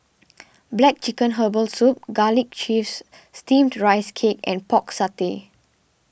Black Chicken Herbal Soup Garlic Chives Steamed Rice Cake and Pork Satay